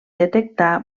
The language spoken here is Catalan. detectar